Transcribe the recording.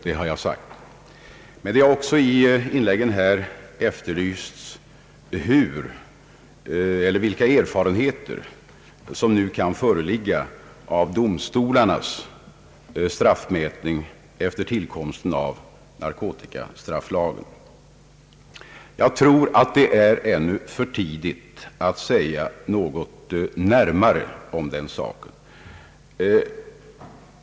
Det har emellertid också i inläggen här efterlysts vilka erfarenheter det är som nu kan föreligga av domstolarnas straffmätning efter tillkomsten av narkotikastrafflagen. Jag tror att det ännu är för tidigt att säga någonting närmare om den saken.